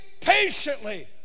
patiently